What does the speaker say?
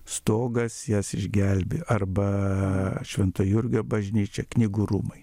stogas jas išgelbėjo arba švento jurgio bažnyčia knygų rūmai